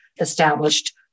established